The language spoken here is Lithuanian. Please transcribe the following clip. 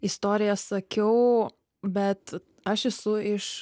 istoriją sakiau bet aš esu iš